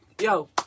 Yo